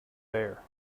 bare